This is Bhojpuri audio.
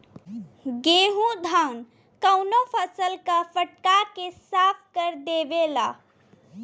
गेहू धान कउनो फसल क फटक के साफ कर देवेला